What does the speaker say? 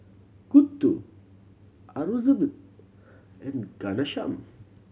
Gouthu Aurangzeb and Ghanshyam